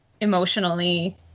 emotionally